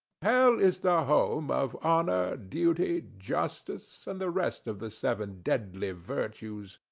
hell is the home of honor, duty, justice, and the rest of the seven deadly virtues.